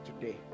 today